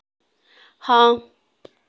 हां